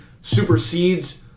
supersedes